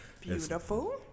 Beautiful